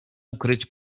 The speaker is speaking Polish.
ukryć